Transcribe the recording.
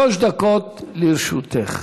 שלוש דקות לרשותך.